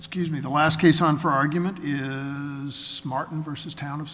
excuse me the last case on for argument is smarten versus town of